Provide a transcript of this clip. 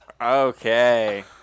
Okay